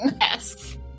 Yes